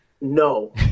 No